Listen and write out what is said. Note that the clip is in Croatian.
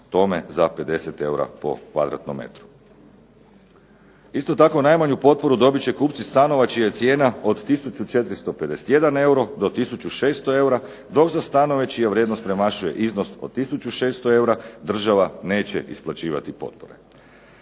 tome za 50 eura po kvadratnom metru. Isto tako, najmanju potporu dobit će kupci stanova čija je cijena od tisuću 451 eura do tisuću 600 eura dok za stanove čija vrijednost premašuje iznos od tisuću 600 eura država neće isplaćivati potpore.